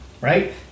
right